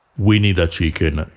we need a chicken,